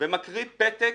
ומקריא פתק